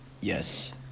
Yes